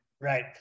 right